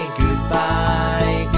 goodbye